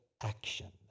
action